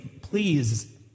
please